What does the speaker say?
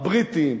הבריטים,